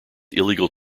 illegal